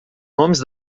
nomes